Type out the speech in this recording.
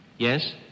Yes